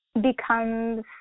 becomes